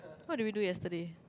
what did we do yesterday